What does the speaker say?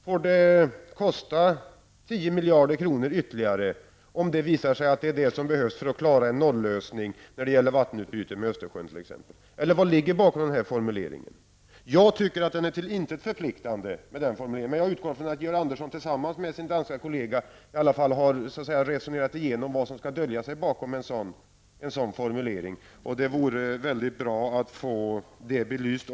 Får det kosta 10 miljarder ytterligare om det visar sig att det är vad som behövs för att klara en nollösning när det gäller t.ex. vattenutbytet med Östersjön? Vad ligger bakom denna formulering? Jag tycker att formuleringen är till intet förpliktigande, men jag utgår från att Georg Andersson tillsammans med sin danska kollega har resonerat om vad som skall dölja sig bakom en sådan formulering. Det vore väldigt bra att få också detta belyst.